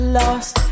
lost